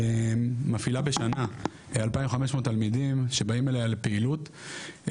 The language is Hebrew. מפעילה בשנה 2,500 תלמידים שבאים אליה לפעילות,